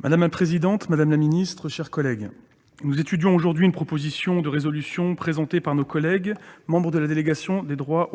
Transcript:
Madame la présidente, madame la secrétaire d'État, mes chers collègues, nous étudions aujourd'hui une proposition de résolution présentée par nos collègues membres de la délégation aux droits